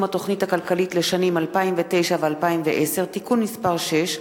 התוכנית הכלכלית לשנים 2009 ו-2010) (תיקון מס' 6),